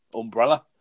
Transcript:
umbrella